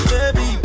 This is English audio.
Baby